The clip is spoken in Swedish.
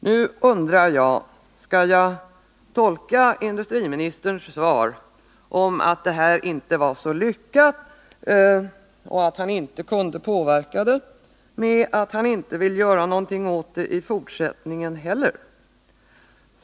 Nu undrar jag: Skall jag tolka industriministerns svar — att sammansättningen av styrelserna inte var så lyckad och att han inte kunnat påverka förslagsställarna när det gäller personvalet — så att industriministern inte vill göra någonting åt det i fortsättningen heller?